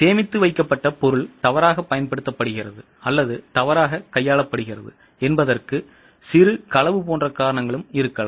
சேமித்து வைக்கப்பட்ட பொருள் தவறாகப் பயன்படுத்தப்படுகிறது அல்லது தவறாகக் கையாளப்படுகிறது என்பதற்கு சிறு களவு போன்ற காரணங்களும் இருக்கலாம்